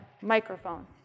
microphone